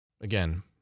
Again